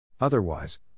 Otherwise